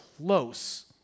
close